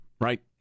Right